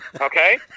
Okay